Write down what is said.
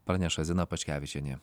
praneša zina paškevičienė